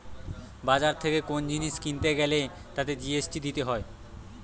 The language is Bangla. বাজার থেকে কোন জিনিস কিনতে গ্যালে তাতে জি.এস.টি দিতে হয়